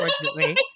unfortunately